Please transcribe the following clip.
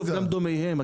גם דומיהם,